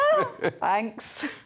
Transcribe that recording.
Thanks